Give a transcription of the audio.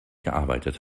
gearbeitet